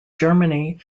germany